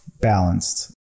balanced